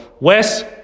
Wes